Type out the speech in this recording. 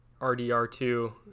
RDR2